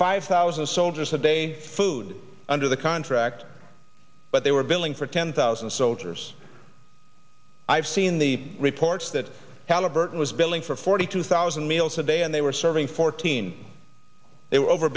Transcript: five thousand soldiers a day food under the contract but they were billing for ten thousand soldiers i've seen the reports that halliburton was billing for forty two thousand meals a day and they were serving fourteen they were over